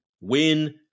win